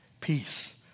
peace